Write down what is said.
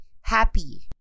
happy